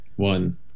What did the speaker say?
One